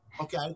Okay